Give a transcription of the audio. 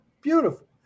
beautiful